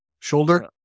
shoulder